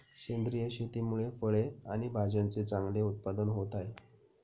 सेंद्रिय शेतीमुळे फळे आणि भाज्यांचे चांगले उत्पादन होत आहे